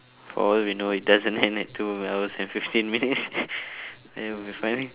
for all we know it doesn't end at two hours and fifteen minutes then we'll be finding